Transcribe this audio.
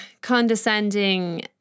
condescending